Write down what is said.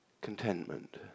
contentment